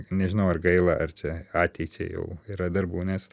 nežinau ar gaila ar čia ateičiai jau yra darbų nes